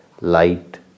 Light